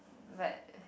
but